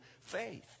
faith